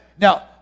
Now